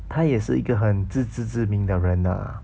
他也是一个很知知知名的人 ah